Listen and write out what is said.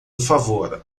favor